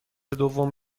دوم